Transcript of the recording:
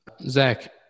Zach